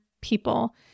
people